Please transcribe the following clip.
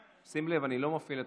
שים לב, אני לא מפעיל את